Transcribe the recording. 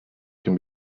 can